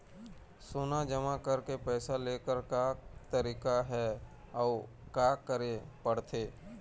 सोना जमा करके पैसा लेकर का तरीका हे अउ का करे पड़थे?